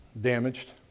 damaged